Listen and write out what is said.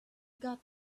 got